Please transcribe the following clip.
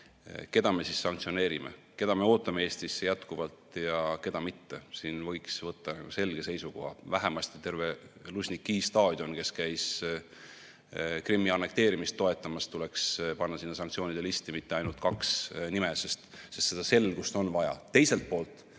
Keda me siis sanktsioneerime? Keda me ootame Eestisse ja keda mitte? Siin võiks võtta selge seisukoha. Vähemasti terve Lužniki staadion, kes käis Krimmi annekteerimist toetamas, tuleks panna sanktsioonide listi, mitte ainult kaks nime. Seda selgust on